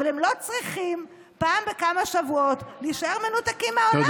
אבל הם לא צריכים אחת לכמה שבועות להישאר מנותקים מהעולם,